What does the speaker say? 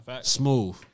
Smooth